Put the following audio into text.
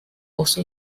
also